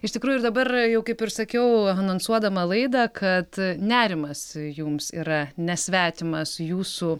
iš tikrųjų ir dabar jau kaip ir sakiau anonsuodama laidą kad nerimas jums yra nesvetimas jūsų